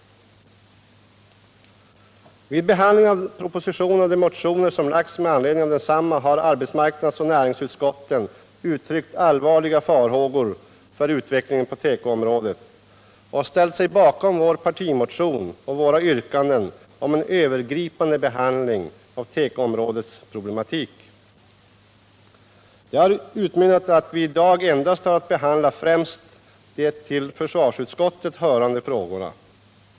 Vid behandlingen av propositionen och de motioner som väckts med anledning av densamma har arbetsmarknadsoch näringsutskotten uttryckt allvarliga farhågor för utvecklingen på tekoområdet och ställt sig bakom vår partimotion och våra yrkanden om en övergripande behandling av tekoområdets problematik. Detta har utmynnat i att vi i dag endast har att behandla främst de till försvarsutskottet hörande frågorna.